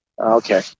Okay